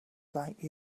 like